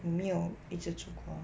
我没有一直出国